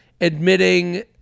admitting